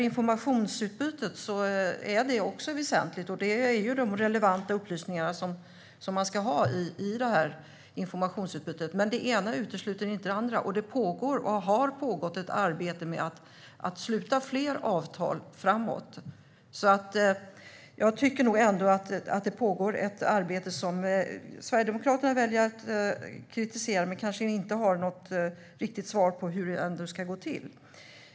Informationsutbyte är också väsentligt. Det handlar om de relevanta upplysningar som man ska ha i informationsutbytet. Men det ena utesluter inte det andra, och det pågår och har pågått ett arbete med att sluta fler avtal framåt. Det pågår ett arbete som Sverigedemokraterna väljer att kritisera utan att ha något riktigt svar på hur det ska gå till.